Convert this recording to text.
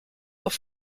auf